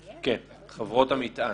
כן, חברות המטען.